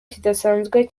kidasanzwe